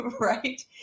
Right